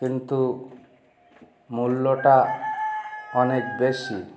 কিন্তু মূল্যটা অনেক বেশি